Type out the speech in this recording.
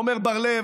עמר בר לב,